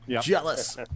Jealous